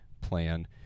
plan